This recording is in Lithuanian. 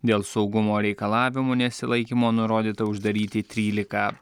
dėl saugumo reikalavimų nesilaikymo nurodyta uždaryti tryliką